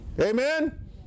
Amen